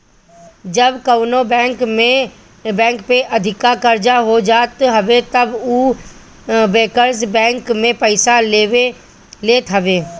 जब कवनो बैंक पे अधिका कर्जा हो जात हवे तब उ बैंकर्स बैंक से पईसा लेत हवे